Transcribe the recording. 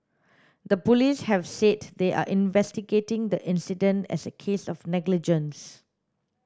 the police have said they are investigating the incident as a case of negligence